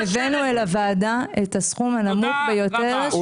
תודה רבה.